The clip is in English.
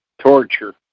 torture